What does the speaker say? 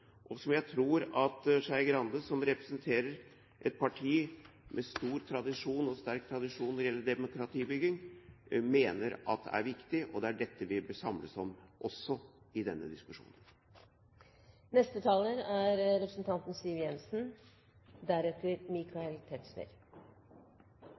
og som jeg tror at Skei Grande, som representerer et parti med sterk tradisjon når det gjelder demokratibygging, mener er viktig. Det er dette vi bør samles om også i denne diskusjonen.